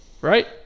right